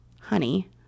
Honey